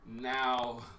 now